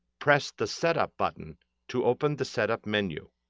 press the setup button to open the setup menu.